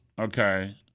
okay